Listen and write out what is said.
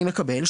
אני מקבל.